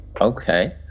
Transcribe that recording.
Okay